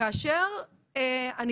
כאשר אני